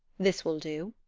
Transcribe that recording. this will do,